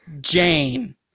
Jane